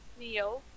Neo